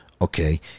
okay